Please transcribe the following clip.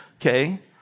Okay